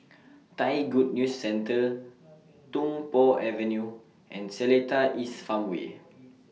Thai Good News Centre Tung Po Avenue and Seletar East Farmway